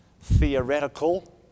theoretical